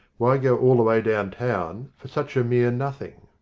why go all the way downtown for such a mere nothing?